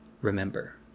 remember